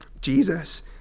Jesus